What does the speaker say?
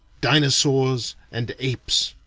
dinosaurs, and apes.